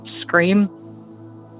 scream